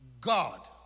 God